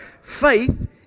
faith